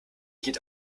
geht